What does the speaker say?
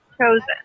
chosen